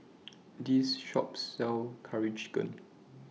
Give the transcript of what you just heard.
This Shop sells Curry Chicken